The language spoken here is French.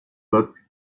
peuple